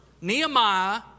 Nehemiah